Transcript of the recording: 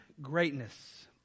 greatness